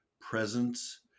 presence